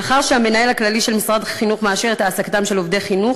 מאחר שהמנהל הכללי של משרד החינוך מאשר את העסקתם של אנשי חינוך,